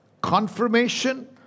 confirmation